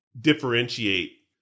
differentiate